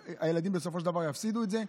והילדים בסופו של דבר יפסידו את זה.